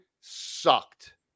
sucked